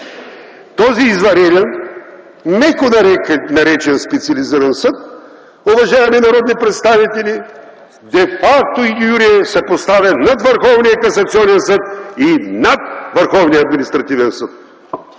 този извънреден, меко наречен, специализиран съд, уважаеми народни представители, де факто и де юре се поставя над Върховния касационен съд и над Върховния административен съд.